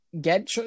Get